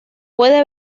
puede